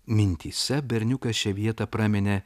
mintyse berniukas šią vietą praminė